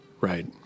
Right